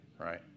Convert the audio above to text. right